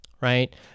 right